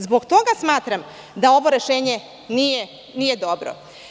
Zbog toga smatram da ovo rešenje nije dobro.